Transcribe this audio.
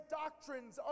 doctrines